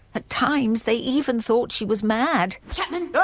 at times, they even thought she was mad! chapman?